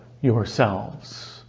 yourselves